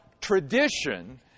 tradition